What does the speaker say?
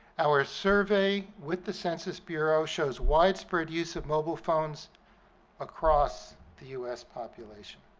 our survey with the census bureau shows widespread use of mobile phones across the us population.